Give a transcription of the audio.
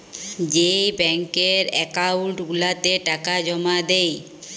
যেই ব্যাংকের একাউল্ট গুলাতে টাকা জমা দেই